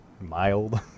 Mild